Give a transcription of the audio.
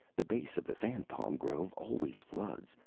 the base of the fan-palm grove always floods.